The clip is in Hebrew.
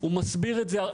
הוא מסביר את זה,